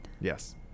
Yes